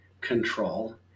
control